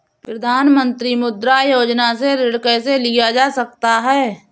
प्रधानमंत्री मुद्रा योजना से ऋण कैसे लिया जा सकता है?